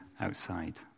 outside